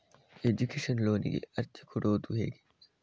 Education ಲೋನಿಗೆ ಅರ್ಜಿ ಕೊಡೂದು ಹೇಗೆ?